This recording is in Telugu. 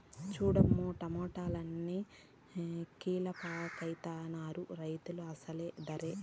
సూడమ్మో టమాటాలన్ని కీలపాకెత్తనారు రైతులు అసలు దరే